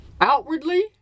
Outwardly